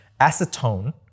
acetone